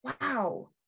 wow